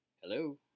Hello